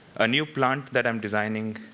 a new plant that i'm designing,